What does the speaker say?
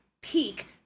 peak